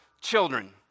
children